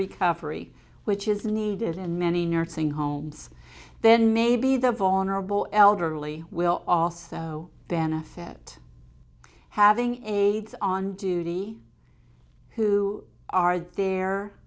recovery which is needed in many nursing homes then maybe the vulnerable elderly will also benefit having aides on duty who are there